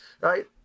Right